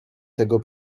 tego